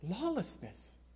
Lawlessness